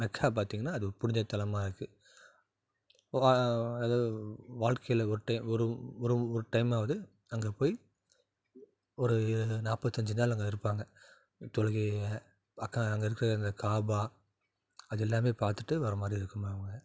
Mecca பார்த்திங்கன்னா அது ஒரு புனித தளமாக இருக்கு அதாவது வாழ்க்கையில் ஒரு டைம் ஒரு ஒரு ஒரு டைமாவது அங்கே போய் ஒரு நாற்பத்தஞ்சி நாள் அங்கே இருப்பாங்க தொழுகையில் அக்கா அங்கே இருக்க அந்த காபா அது எல்லாமே பார்த்துட்டு வரமாதிரி இருக்குங்க அங்கே